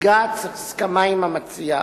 הושגה הסכמה עם המציע,